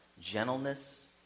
gentleness